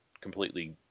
completely